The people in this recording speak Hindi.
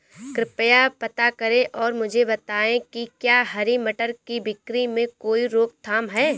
कृपया पता करें और मुझे बताएं कि क्या हरी मटर की बिक्री में कोई रोकथाम है?